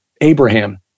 Abraham